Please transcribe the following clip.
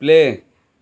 play